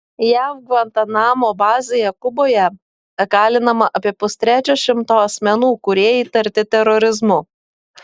jav gvantanamo bazėje kuboje kalinama apie pustrečio šimto asmenų kurie įtarti terorizmu